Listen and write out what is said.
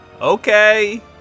Okay